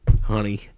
honey